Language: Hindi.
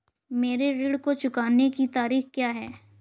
मेरे ऋण को चुकाने की तारीख़ क्या है?